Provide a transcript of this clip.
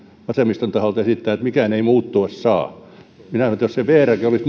vasemmiston taholta esitetään että mikään ei muuttua saa minä sanon että jos ei vrkään olisi